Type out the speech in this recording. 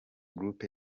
group